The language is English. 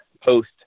post